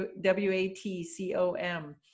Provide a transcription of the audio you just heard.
W-A-T-C-O-M